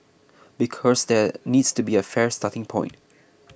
because there needs to be a fair starting point